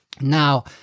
Now